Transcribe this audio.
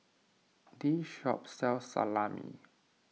this shop sells Salami